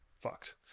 fucked